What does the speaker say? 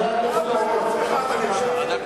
רק בעיני עצמך אתה נראה ככה.